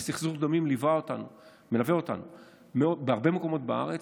אבל סכסוך דמים מלווה אותנו בהרבה מקומות בארץ.